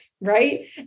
right